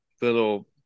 little